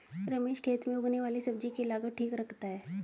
रमेश खेत में उगने वाली सब्जी की लागत ठीक रखता है